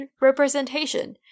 representation